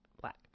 black